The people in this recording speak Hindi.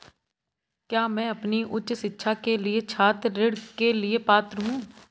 क्या मैं अपनी उच्च शिक्षा के लिए छात्र ऋण के लिए पात्र हूँ?